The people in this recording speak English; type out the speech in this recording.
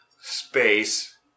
space